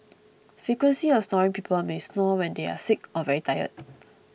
frequency of snoring people may snore when they are sick or very tired